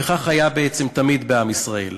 וכך היה בעצם תמיד בעם ישראל.